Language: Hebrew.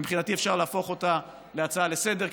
ומבחינתי אפשר להפוך אותה להצעה לסדר-היום